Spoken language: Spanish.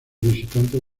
visitantes